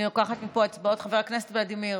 אני לוקחת מפה הצבעות: חבר הכנסת ולדימיר,